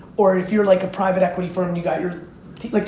or if you're like a private equity firm you got your,